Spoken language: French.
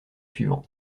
suivant